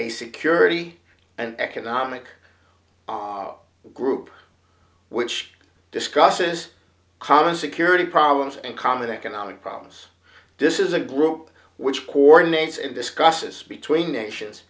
a security and economic group which discusses common security problems and common economic problems this is a group which poor nations and discusses between nations